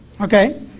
okay